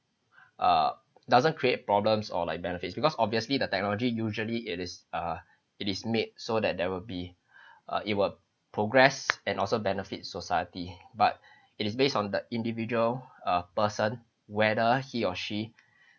err doesn't create problems or like benefits because obviously the technology usually it is uh it is made so that there will be uh it will progress and also benefits society but it is based on the individual uh person whether he or she